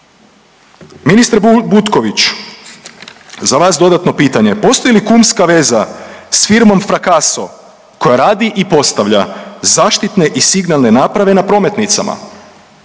Ministre Butkoviću, za vas dodatno pitanje, postoji li kumska veza s firmom Fracasso koja radi i postavlja zaštitne i signalne naprave na prometnicama?